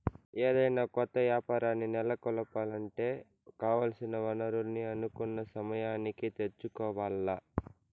ఏదైనా కొత్త యాపారాల్ని నెలకొలపాలంటే కావాల్సిన వనరుల్ని అనుకున్న సమయానికి తెచ్చుకోవాల్ల